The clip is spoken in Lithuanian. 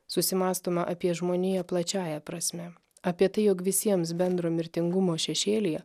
susimąstoma apie žmoniją plačiąja prasme apie tai jog visiems bendro mirtingumo šešėlyje